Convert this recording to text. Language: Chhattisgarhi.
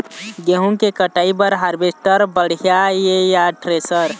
गेहूं के कटाई बर हारवेस्टर बढ़िया ये या थ्रेसर?